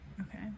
Okay